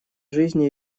жизни